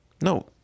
No